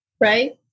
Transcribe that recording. right